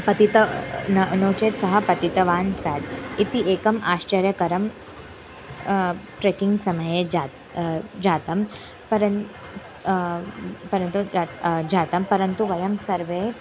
पतितः न नो चेत् सः पतितवान् सः इति एकम् आश्चर्यकरं ट्रेकिङ्ग् समये जातं जातं परन्तु परन्तु जातं परन्तु वयं सर्वे